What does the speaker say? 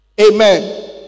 Amen